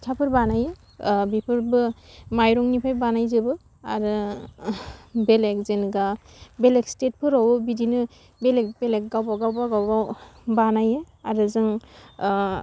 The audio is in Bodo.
फिथाफोर बानायो बेफोरबो माइरंनिफाय बानायजोबो आरो बेलेग जेनबा बेलेग स्टेटफोरावबो बिदिनो बेलेग बेलेग गावबा गाव गावबा गाव बानायो आरो जों